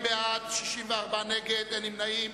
40 בעד, 64 נגד, אין נמנעים.